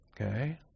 okay